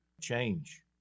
change